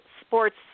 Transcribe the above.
sports